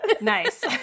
Nice